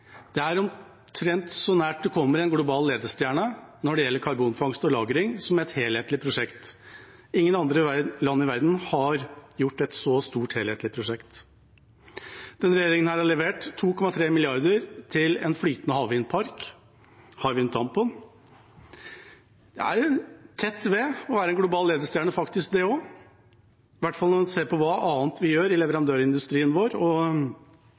Det er omtrent så nært man kommer en global ledestjerne når det gjelder karbonfangst og -lagring som et helhetlig prosjekt. Ingen andre land i verden har gjort et så stort helhetlig prosjekt. Denne regjeringen har levert 2,3 mrd. kr til en flytende havvindpark, Hywind Tampen. Det er jo faktisk tett ved å være en global ledestjerne, det også, i hvert fall når man ser på hva annet vi gjør i leverandørindustrien vår, og